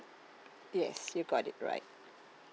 yes you got it right